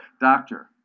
Doctor